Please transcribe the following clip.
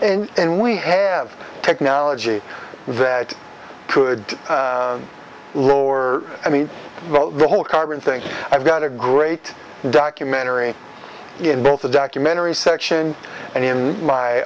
and we have technology that could lower i mean the whole carbon thing i've got a great documentary in both the documentary section and in my